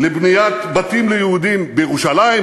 לבניית בתים ליהודים בירושלים,